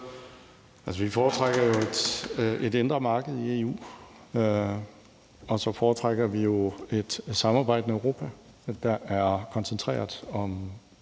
vi foretrækker jo et indre marked i EU, og så foretrækker vi jo et samarbejdende Europa, der er koncentreret om